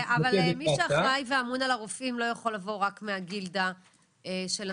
אבל מי שאחראי ואמון על הרופאים לא יכול לבוא רק מהגילדה של הנציגות,